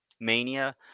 Mania